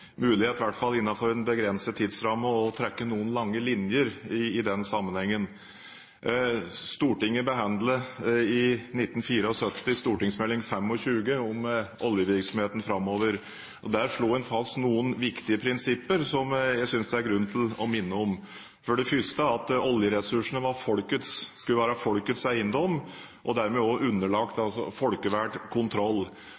mulighet, i hvert fall innenfor en begrenset tidsramme, til å trekke noen lange linjer i den sammenhengen. Stortinget behandlet i 1974 St. meld. 25 for 1973–74 om oljevirksomheten framover. Der slo en fast noen viktige prinsipper som jeg synes det er grunn til å minne om, for det første at oljeressursene skulle være folkets eiendom og dermed også underlagt